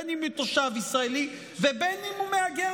בין שהוא תושב ישראלי ובין שהוא מהגר